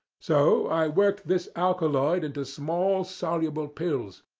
so i worked this alkaloid into small, soluble pills,